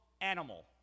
animal